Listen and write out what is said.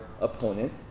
opponent